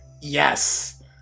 Yes